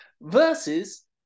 versus